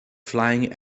flying